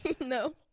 No